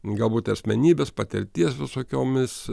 galbūt asmenybės patirties visokiomis